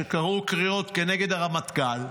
שקראו קריאות כנגד הרמטכ"ל,